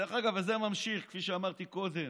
דרך אגב, זה ממשיך, כפי שאמרתי קודם.